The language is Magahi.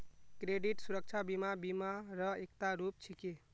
क्रेडित सुरक्षा बीमा बीमा र एकता रूप छिके